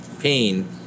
pain